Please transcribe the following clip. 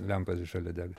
lempa šalia dega